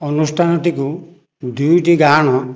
ଅନୁଷ୍ଠାନଟିକୁ ଦୁଇଟି ଗାଁର